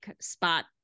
spot